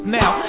now